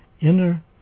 inner